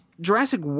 Jurassic